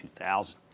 2000